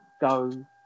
go